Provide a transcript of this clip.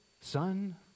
son